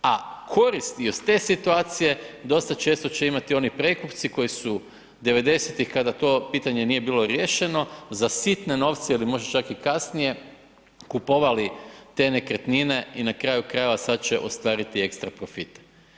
A koristi iz te situacije dosta često će imati oni prekupci koji su 90-tih kada to pitanje nije bilo riješeno za sitne novce ili možda čak i kasnije kupovali te nekretnine i na kraju krajeva sad će ostvariti ekstra profit.